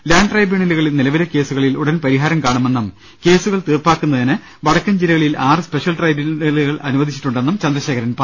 land ട്രൈബ്യൂണലുകളിൽ നിലവിലെ കേസുകളിൽ ഉടൻ പരിഹാരം കാണുമെന്നും കേസുകൾ തീർപ്പാക്കുന്നതിന് വടക്കൻ ജില്ലകളിൽ ആറ് സ്പെഷ്യൽ ട്രൈബ്യൂണലുകൾ അനുവദിച്ചിട്ടുണ്ടെന്നും ചന്ദ്രശേഖരൻ പറഞ്ഞു